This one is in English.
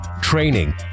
training